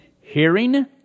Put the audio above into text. hearing